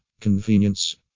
Convenience